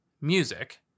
music